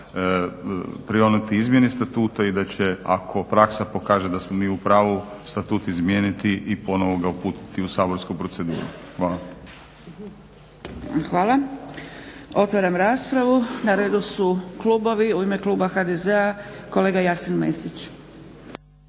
prionuti izmjeni statuta i ako praksa pokaže da smo mi u pravu statut izmijeniti i ponovno ga uputiti u saborsku proceduru. Hvala. **Zgrebec, Dragica (SDP)** Hvala. Otvaram raspravu. Na redu su klubovi. U ime Kluba HDZ-a kolega Jasen Mesić.